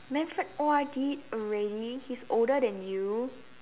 Manfred O_R_Ded already he's older than you